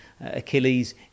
Achilles